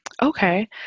Okay